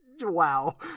wow